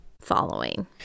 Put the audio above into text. following